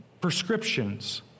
prescriptions